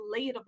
relatable